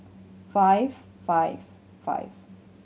five five five